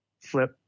flip